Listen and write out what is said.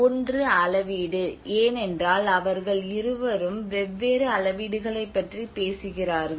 ஒன்று அளவீடு ஏனென்றால் அவர்கள் இருவரும் வெவ்வேறு அளவீடுகளைப் பற்றி பேசுகிறார்கள்